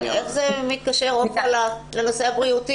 כן, איך זה מתקשר, עפרה, לנושא הבריאותי?